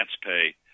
pay